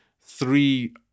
three